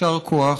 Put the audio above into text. יישר כוח.